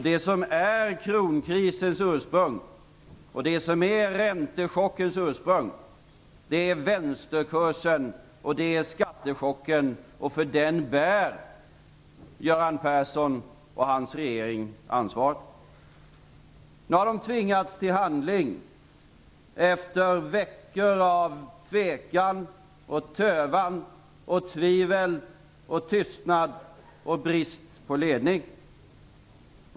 Det som är kronkrisens och räntechockens ursprung är vänsterkursen och skattechocken, och för detta bär Göran Persson och hans regering ansvaret. Nu har man tvingats till handling efter veckor av tvekan, tövan, tvivel, tystnad och brist på ledning.